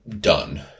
Done